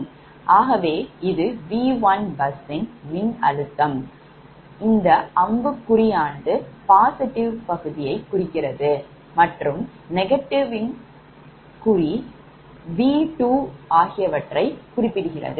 ஆகவே இது V1 bus 1யின் மின்னழுத்தம் இந்த அம்புக்குறி ஆனது ve பகுதியை குறிக்கிறது மற்றும் V2 veகுறியில் இவற்றின்உள்ளது